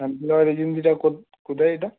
sunflower এজেন্সিটা কোথায় এটা